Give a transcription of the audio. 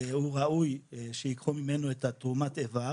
והוא ראוי שייקחו ממנו תרומת איבר